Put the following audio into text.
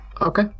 Okay